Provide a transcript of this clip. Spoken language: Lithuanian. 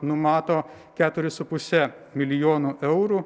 numato keturis su puse milijono eurų